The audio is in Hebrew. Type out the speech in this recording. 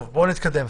בואו נתקדם.